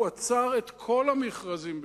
הוא עצר את כל המכרזים בירושלים.